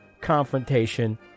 confrontation